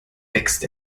wächst